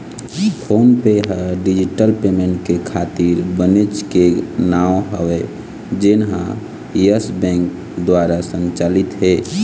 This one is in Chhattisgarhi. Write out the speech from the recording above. फोन पे ह डिजिटल पैमेंट के खातिर बनेच के नांव हवय जेनहा यस बेंक दुवार संचालित हे